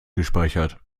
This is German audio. gespeichert